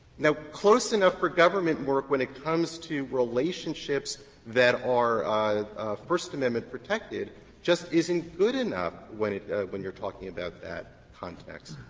now, close enough for government work when it comes to relationships that are first amendment protected just isn't good enough when it when you're talking about that context.